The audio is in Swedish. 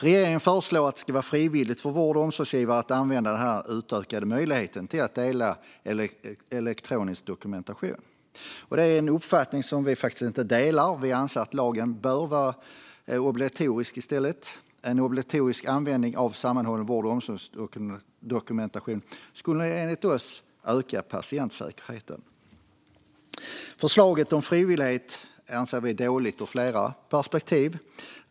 Regeringen föreslår att det ska vara frivilligt för vård och omsorgsgivare att använda den här utökade möjligheten till att dela elektronisk dokumentation. Det är en uppfattning som vi inte delar. Vi anser att lagen i stället bör vara obligatorisk. En obligatorisk användning av sammanhållen vård och omsorgsdokumentation skulle enligt oss öka patientsäkerheten. Förslaget om frivillighet anser vi dåligt ur flera perspektiv.